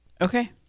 Okay